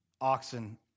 oxen